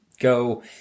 Go